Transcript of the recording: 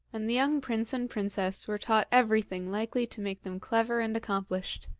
and the young prince and princess were taught everything likely to make them clever and accomplished.